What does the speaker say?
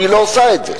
אבל היא לא עושה את זה.